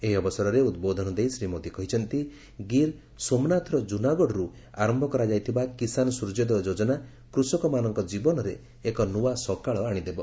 ଏହି ଅବସରରେ ଉଦ୍ବୋଧନ ଦେଇ ଶ୍ରୀ ମୋଦୀ କହିଛନ୍ତି ଗିର୍ ସୋମନାଥର ଜୁନାଗଡ଼ରୁ ଆରମ୍ଭ କରାଯାଇଥିବା କିଷାନ ସୂର୍ଯ୍ୟୋଦୟ ଯୋଜନା କୃଷକମାନଙ୍କ ଜୀବନରେ ଏକ ନୂଆ ସକାଳ ଆଣିଦେବ